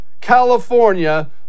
California